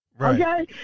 Okay